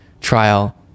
trial